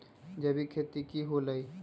जैविक खेती की हुआ लाई?